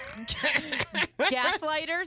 Gaslighters